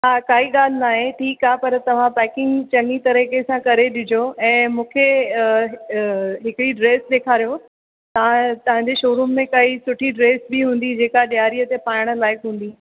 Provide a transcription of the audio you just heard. हा काई ॻाल्हि नाहे ठीकु आहे पर तव्हां पैकिंग चङी तरीके सां करे ॾिजो ऐं मूंखे हिकिड़ी ड्रेस ॾेखारियो तव्हां तव्हांजे शोरूम में काई सुठी ड्रेस बि हूंदी जेका ॾियारीअ ते पाइणु लाइक़ु हूंदी